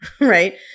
Right